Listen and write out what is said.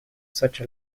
such